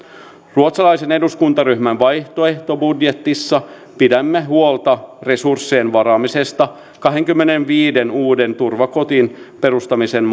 ruotsalaisen eduskuntaryhmän vaihtoehtobudjetissa pidämme huolta resurssien varaamisesta kahdenkymmenenviiden uuden turvakodin perustamiseen